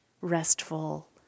restful